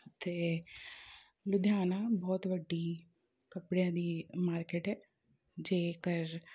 ਇੱਥੇ ਲੁਧਿਆਣਾ ਬਹੁਤ ਵੱਡੀ ਕੱਪੜਿਆਂ ਦੀ ਮਾਰਕੀਟ ਹੈ ਜੇਕਰ